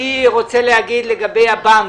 לגבי הבנק,